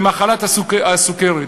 במחלת הסוכרת,